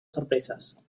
sorpresas